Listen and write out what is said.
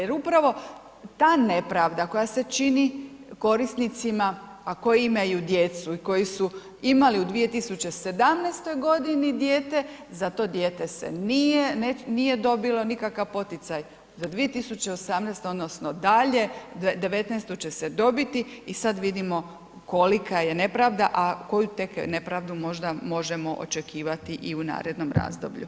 Jer upravo ta nepravda koja se čini korisnicima, a koji imaju djecu i koji su imali u 2017. godini dijete, za to dijete se nije dobilo nikakav poticaj, za 2018. odnosno dalje '19. će se dobiti i sad vidimo kolika je nepravda, a koju tek nepravdu možda možemo očekivati i u narednom razdoblju.